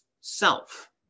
self